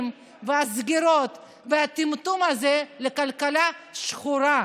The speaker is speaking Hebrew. והסגירות והטמטום הזה לכלכלה שחורה.